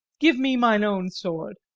give me mine own sword.